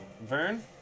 Vern